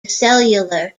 cellular